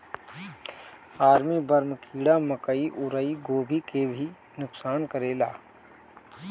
army worm कीड़ा मकई अउरी गोभी के भी नुकसान करेला